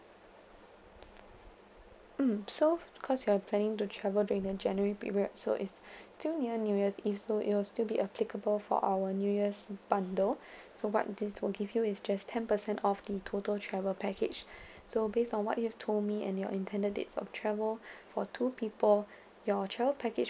mm so cause you're planning to travel during the january period so it's still near new year's eve so it will still be applicable for our new year's bundle so what this will give you is just ten per cent off the total travel package so based on what you've told me and your intended dates of travel for two people your travel package